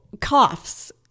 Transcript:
coughs